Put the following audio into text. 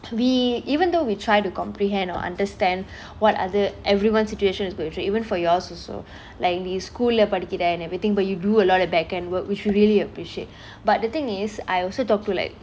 we even though we try to comprehend or understand what other everyone situation is going through even for yours also like the school நீ படிக்கிற :nee padikira and everything but you do a lot of back end work which we really appreciate but the thing is I also talk to like